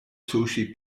sushi